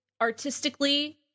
artistically